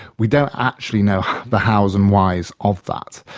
we don't actually know the hows and whys of that.